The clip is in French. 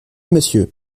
monsieur